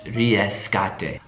riescate